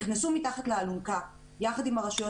נכנסו מתחת לאלונקה יחד עם הרשויות